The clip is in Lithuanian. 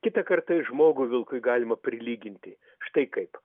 kitą kartą ir žmogų vilkui galima prilyginti štai kaip